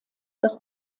das